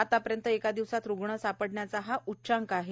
आतापर्यंत एका दिवसात रुग्ण सापडण्याचा हा उच्चांक आहे